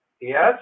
yes